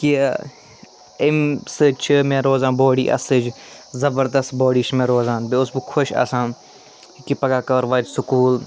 کہِ اَمہِ سۭتۍ چھِ مےٚ روزان باڈی اصٕل زبردست باڈی چھِ مےٚ روزان بیٚیہِ اوسُس بہٕ خۄش آسان کہِ پگاہ کَر واتہِ سُکوٗل